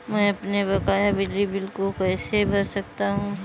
मैं अपने बकाया बिजली बिल को कैसे भर सकता हूँ?